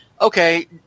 okay